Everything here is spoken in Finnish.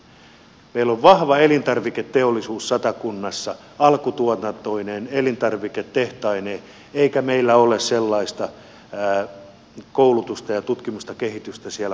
meillä on vahva elintarviketeollisuus satakunnassa alkutuotantoineen elintarviketehtaineen eikä meillä ole sellaista koulutusta tutkimusta ja kehitystä siellä maakunnassa